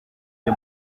bya